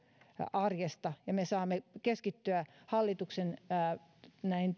arjesta ja että me saamme keskittyä näihin